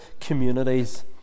communities